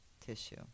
tissue